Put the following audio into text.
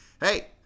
Hey